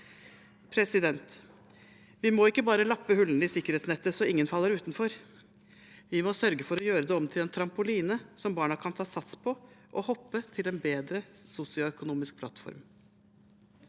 nå. Vi må ikke bare lappe hullene i sikkerhetsnettet så ingen faller utenfor; vi må sørge for å gjøre det om til en trampoline som barna kan ta sats på, og hoppe til en bedre sosioøkonomisk plattform.